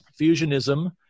fusionism